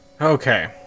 okay